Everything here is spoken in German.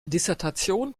dissertation